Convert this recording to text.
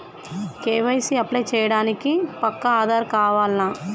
KYC apply చేయనీకి పక్కా ఆధార్ కావాల్నా?